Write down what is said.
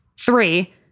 Three